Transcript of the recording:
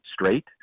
straight